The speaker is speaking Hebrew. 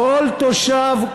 כל תושב,